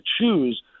choose